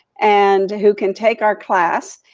and who can take our class.